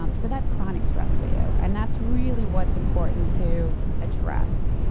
um so that's chronic stress for you. and that's really what's important to address.